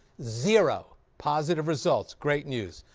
zero positive results! great news!